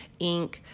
Inc